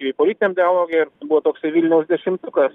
jei politiniam dialoge ir buvo toksai vilniaus dešimtukas